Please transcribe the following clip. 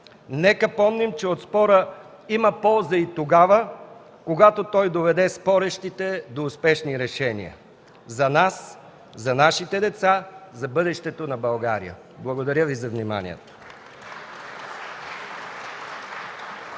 Нека помним, че от спора има полза и тогава, когато той доведе спорещите до успешни решения – за нас, за нашите деца, за бъдещето на България! Благодаря Ви за вниманието.